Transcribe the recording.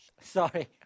sorry